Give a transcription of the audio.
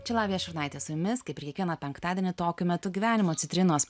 čia lavija šurnaitė su jumis kaip ir kiekvieną penktadienį tokiu metu gyvenimo citrinos